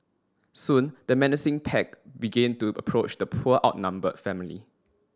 soon the menacing pack began to approach the poor outnumbered family